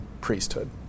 priesthood